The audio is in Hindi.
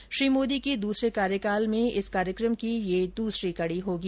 यह श्री मोदी के दूसरे कार्यकाल में इस कार्यक्रम की दूसरी कड़ी होगी